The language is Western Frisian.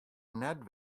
net